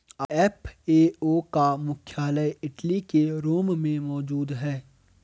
FAO का मुख्यालय Italy के रोम में मौजूद है